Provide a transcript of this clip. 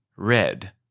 red